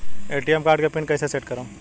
ATM card के pin कैसे set करम?